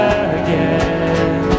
again